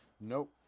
Nope